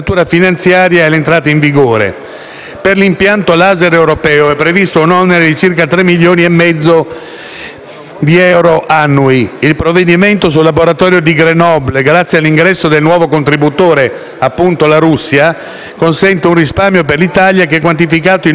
Per l'impianto *laser* europeo è previsto un onere di circa 3,5 milioni di euro annui. Il provvedimento sul laboratorio di Grenoble, grazie all'ingresso di un nuovo contributore, la Russia, consente un risparmio per l'Italia, che è quantificato in circa 1,6 milioni di euro annui.